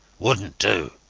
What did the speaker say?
wouldnt do.